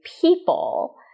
people